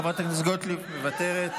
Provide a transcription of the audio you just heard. חברת הכנסת גוטליב מוותרת,